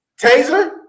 Taser